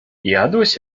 jadłeś